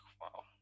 wow